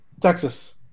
Texas